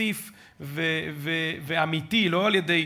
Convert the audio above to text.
רציף ואמיתי, לא על-ידי